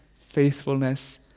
faithfulness